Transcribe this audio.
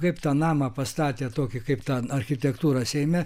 kaip tą namą pastatė tokį kaip tą architektūrą seime